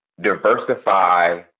diversify